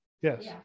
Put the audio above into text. Yes